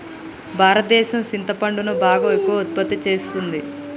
భారతదేసం సింతపండును బాగా ఎక్కువగా ఉత్పత్తి సేస్తున్నది